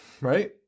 right